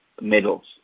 medals